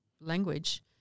language